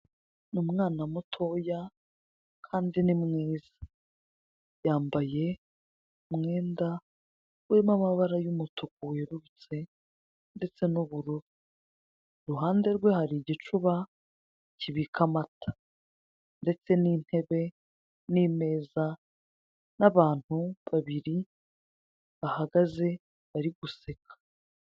Ni umwana mutoya kandi ni mwiza, yambaye umwenda urimo amabara y'umutuku yerurutse ndetse n'ubururu, iruhande rwe hari igicuba kibika amata, ndetse n'intebe n'imeza n'abantu babiri bahagaze bari guseka.